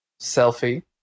Selfie